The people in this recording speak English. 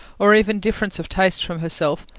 or even difference of taste from herself,